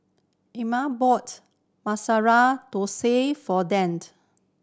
Amira bought Masala Thosai for Dann